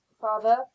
father